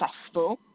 successful